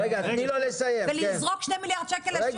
זה לזרוק 2 מיליארד שקל לשוק